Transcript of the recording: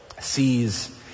sees